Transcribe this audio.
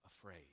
afraid